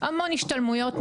המון השתלמויות,